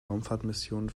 raumfahrtmissionen